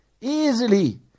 Easily